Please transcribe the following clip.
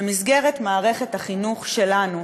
במסגרת מערכת החינוך שלנו,